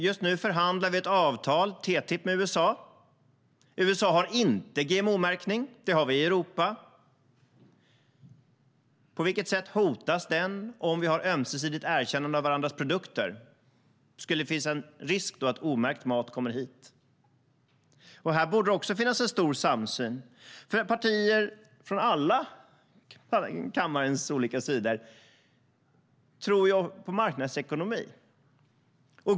Just nu förhandlar vi om ett avtal med USA, nämligen TTIP. USA har inte GMO-märkning, men det har vi i Europa. På vilket sätt hotas den om vi har ett ömsesidigt erkännande av varandras produkter? Skulle det då finnas en risk att omärkt mat kommer hit? Här borde det också finnas en stor samsyn, för partier från alla kammarens olika sidor tror på marknadsekonomi.